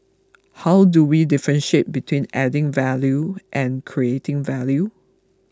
how do we differentiate between adding value and creating value